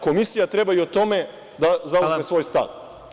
Komisija treba i o tome da zauzme svoj stav.